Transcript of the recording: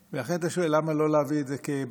לכן אתה שואל: למה לא להביא את זה כבשר?